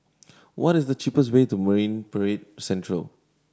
what is the cheapest way to Marine Parade Central